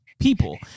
people